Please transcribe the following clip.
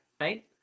right